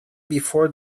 before